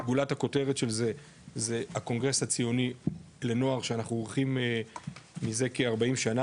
גולת הכותרת של זה זה הקונגרס הציוני לנוער שאנחנו עורכים מזה כ-40 שנה,